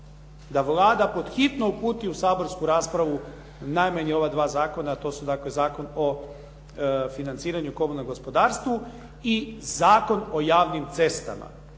da Vlada pod hitno uputi u saborsku raspravu najmanje ova dva zakona, a to su Zakon o financiranju komunalnog gospodarstva i Zakon o javnim cestama,